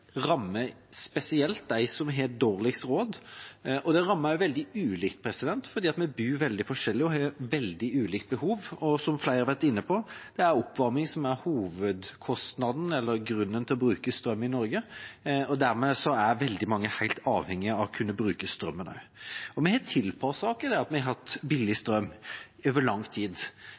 rammer spesielt de som har dårligst råd. Det rammer også veldig ulikt, for vi bor veldig forskjellig og har veldig ulike behov. Som flere har vært inne på: Det er oppvarming som er hovedgrunnen til å bruke strøm i Norge, og dermed er veldig mange helt avhengig av å kunne å bruke strøm. Vi har tilpasset oss det at vi har hatt billig strøm over lang tid,